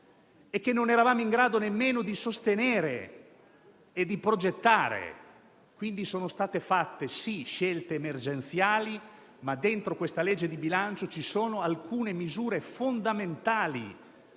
e non eravamo in grado nemmeno di sostenere e progettare. Quindi, sono state fatte scelte emergenziali, ma dentro questa legge di bilancio ci sono anche alcune misure fondamentali